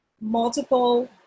multiple